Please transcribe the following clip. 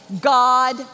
God